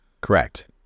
Correct